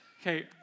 Okay